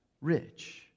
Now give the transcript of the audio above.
rich